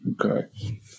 Okay